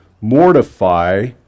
mortify